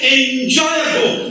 enjoyable